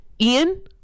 ian